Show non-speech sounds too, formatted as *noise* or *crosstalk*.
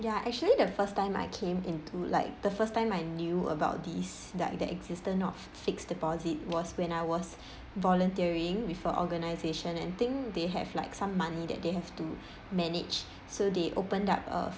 ya actually the first time I came into like the first time I knew about this like the existence of fixed deposit was when I was *breath* volunteering with a organisation and think they have like some money that they have to *breath* manage so they opened up a